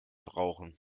brauchen